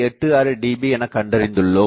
86 dB எனக் கண்டறிந்துள்ளோம்